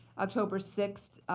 october sixth,